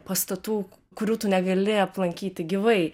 pastatų kurių tu negali aplankyti gyvai